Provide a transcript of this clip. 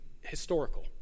historical